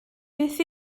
beth